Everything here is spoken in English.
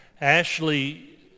Ashley